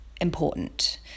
important